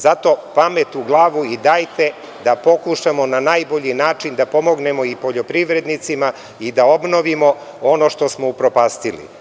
Zato, pamet u glavu i dajte da pokušamo na najbolji način da pomognemo i poljoprivrednicima i da obnovimo on što smo upropastili.